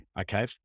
Okay